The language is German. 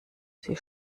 sie